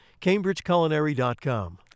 CambridgeCulinary.com